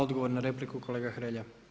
Odgovor na repliku, kolega Hrelja.